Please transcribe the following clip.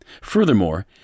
Furthermore